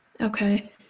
Okay